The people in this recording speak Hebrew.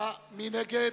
48, נגד,